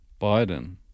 Biden